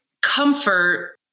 comfort